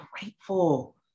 grateful